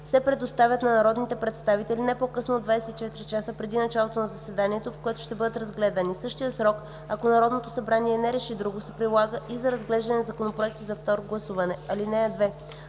се предоставят на народните представители не по-късно от 24 часа преди началото на заседанието, в което ще бъдат разгледани. Същият срок, ако Народното събрание не реши друго, се прилага и за разглеждане на законопроектите за второ гласуване. (2)